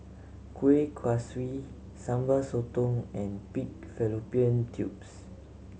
Kuih Kaswi Sambal Sotong and pig fallopian tubes